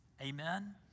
Amen